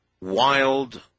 wild